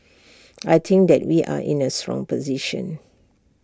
I think that we are in A strong position